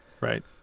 Right